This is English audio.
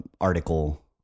article